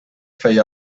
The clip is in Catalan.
feia